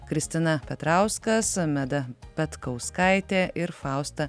kristina petrauskas meda petkauskaitė ir fausta